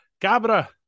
cabra